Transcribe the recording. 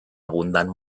abundant